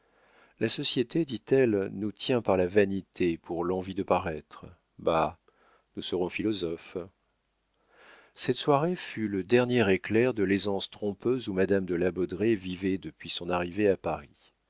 la société dit-elle nous tient par la vanité par l'envie de paraître bah nous serons philosophes cette soirée fut le dernier éclair de l'aisance trompeuse où madame de la baudraye vivait depuis son arrivée à paris